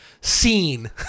Scene